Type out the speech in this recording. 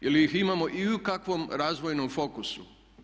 Je li ih imamo i u kakvom razvojnom fokusu?